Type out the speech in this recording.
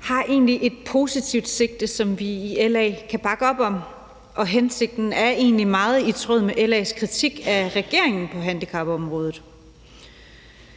har egentlig et positivt sigte, som vi i LA kan bakke op om, og hensigten er egentlig meget i tråd med LA's kritik af regeringen på handicapområdet.